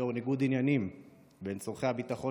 לנוכח ניגוד עניינים בין צורכי הביטחון